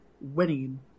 winning